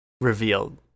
revealed